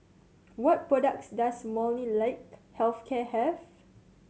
what products does Molnylcke Health Care have